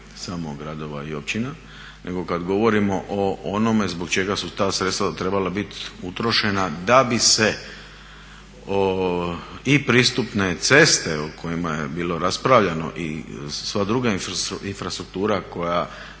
samo gradova i općina, nego kad govorimo o onome zbog čega su ta sredstva trebala biti utrošena da bi se i pristupne ceste o kojima je bilo raspravljano i sva druga infrastruktura koja